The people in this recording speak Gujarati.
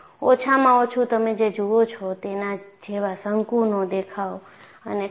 ઓછામાં ઓછું તમે જે જુઓ છો તેના જેવા શંકુનો દેખાવ અને કપ